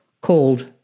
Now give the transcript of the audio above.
called